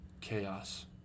chaos